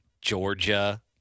Georgia